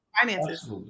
finances